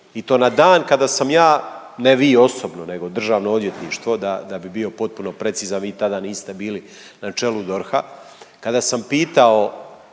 i to na dan kada sam ja, ne vi osobno nego državno odvjetništvo, da bi bio potpuno precizan vi tada niste bili na čelu DORH-a, kada sam pitao